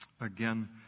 again